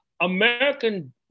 American